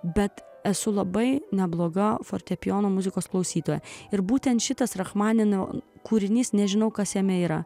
bet esu labai nebloga fortepijono muzikos klausytoja ir būtent šitas rachmanino kūrinys nežinau kas jame yra